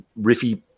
riffy